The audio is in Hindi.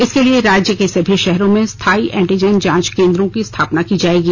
इसके लिए राज्य के सभी शहरों में स्थायी एंटीजन जांच केंद्रों की स्थापना की जाएगी